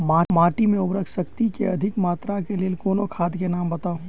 माटि मे उर्वरक शक्ति केँ अधिक मात्रा केँ लेल कोनो खाद केँ नाम बताऊ?